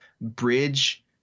bridge